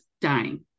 dying